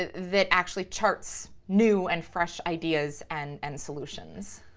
ah that actually charts new and fresh ideas and and solutions.